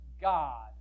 God